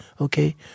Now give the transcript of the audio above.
okay